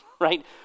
right